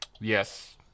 Yes